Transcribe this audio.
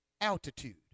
altitude